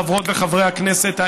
חברות וחברי הכנסת,